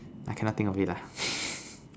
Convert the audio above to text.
I cannot think of it lah